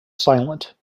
silent